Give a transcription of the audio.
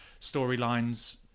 storylines